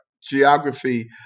geography